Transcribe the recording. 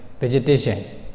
vegetation